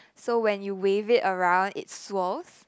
so when you wave it around it swerves